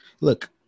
Look